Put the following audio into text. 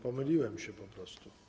Pomyliłem się po prostu.